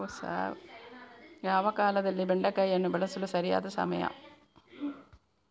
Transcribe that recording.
ಯಾವ ಕಾಲದಲ್ಲಿ ಬೆಂಡೆಕಾಯಿಯನ್ನು ಬೆಳೆಸಲು ಸರಿಯಾದ ಸಮಯ?